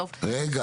רגע.